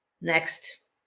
Next